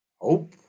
Hope